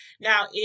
Now